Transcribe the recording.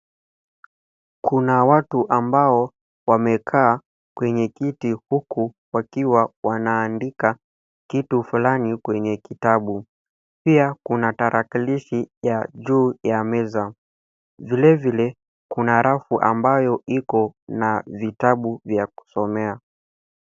Kuna watu ambao wamekaa kwenye kiti huku wakiwa wanaandika kitu fulani kwenye kitabu. Pia kuna tarakilishi ya juu ya meza. Vilevile kuna rafu ambayo iko na vitabu vya kusomea.